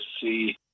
see